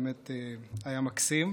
באמת היה מקסים.